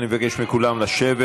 אני מבקש מכולם לשבת.